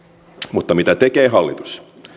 mutta mitä tekee hallitus